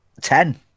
Ten